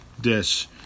dish